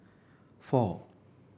four